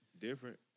different